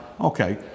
Okay